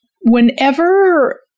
whenever